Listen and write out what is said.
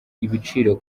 ibiciro